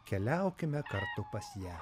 keliaukime kartu pas ją